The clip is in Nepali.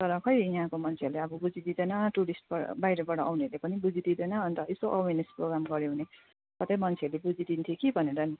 तर खै यहाँको मान्छेहरूले अब बुझिदिँदैन टुरिस्ट बाहिरबाट आउनेहरूले पनि बुझिदिँदैन अन्त यसो अवेरनेस प्रोग्राम गऱ्यो भने कतै मान्छेहरूले बुझिदिन्थ्यो कि भनेर नि